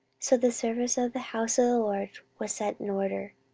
so the service of the house of the lord was set in order.